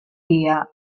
dia